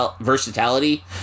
versatility